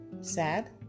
sad